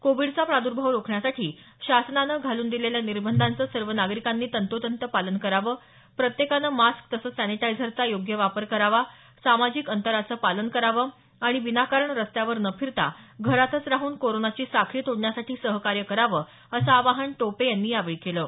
कोविडचा प्रादुर्भाव रोखण्यासाठी शासनानं घालून दिलेल्या निर्बंधाचं सर्व नागरिकांनी तंतोतत पालन करावं प्रत्येकाने मास्क तसंच सॅनिटायजरचा योग्य वापर करावा सामाजिक अंतराचं पालन करावं आणि विनाकारण रस्त्यावर न फिरता घरातच राहन कोरोनाची साखळी तोडण्यासाठी सहकार्य करण्याचं आवाहन टोपे यांनी केलं आहे